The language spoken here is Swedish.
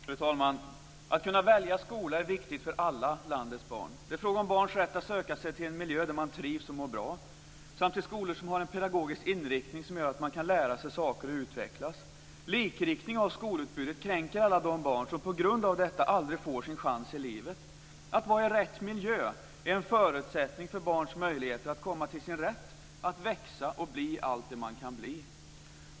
Fru talman! Att kunna välja skola är viktigt för alla landets barn. Det är fråga om barns rätt att söka sig till en miljö där man trivs och mår bra samt till skolor som har en pedagogisk inriktning som gör att man kan lära sig saker och utvecklas. Likriktning av skolutbudet kränker alla de barn som på grund av detta aldrig får sin chans i livet. Att vara i rätt miljö är en förutsättning för barns möjligheter att komma till sin rätt, att växa och bli allt det som man kan bli.